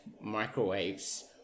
microwaves